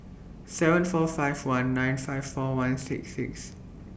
seven four five one nine five four one six six